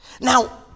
Now